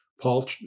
Paul